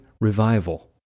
revival